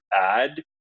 add